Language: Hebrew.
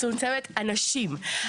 מצומצמת אנשים.